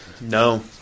No